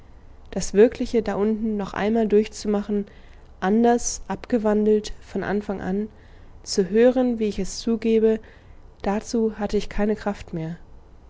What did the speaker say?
das wirkliche da unten noch einmal durchzumachen anders abgewandelt von anfang an zu hören wie ich es zugebe dazu hatte ich keine kraft mehr